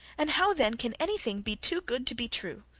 and how, then, can anything be too good to be true?